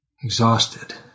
Exhausted